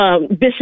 Bishop